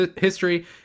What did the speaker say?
history